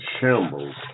shambles